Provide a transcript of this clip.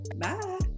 Bye